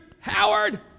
Howard